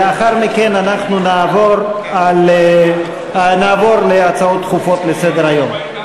לאחר מכן אנחנו נעבור להצעות דחופות לסדר-היום.